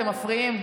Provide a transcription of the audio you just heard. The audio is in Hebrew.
אתם מפריעים.